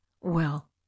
Well